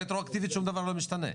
רטרואקטיבית שום דבר לא משתנה.